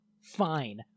fine